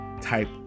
type